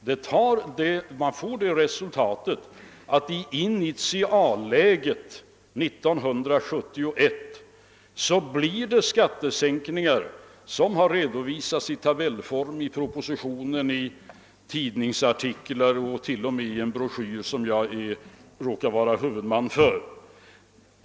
Man får fram det resultatet att det i initialläget 1971 blir skattesänkningar, vilka redovisats i tabellform, i propositioner, i tidningsartiklar och t.o.m. i en broschyr som jag råkar stå som huvudman för.